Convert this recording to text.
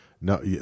No